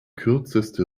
kürzeste